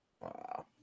Wow